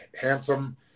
Handsome